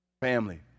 Family